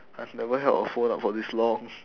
I've never held a phone up for this long